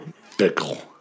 fickle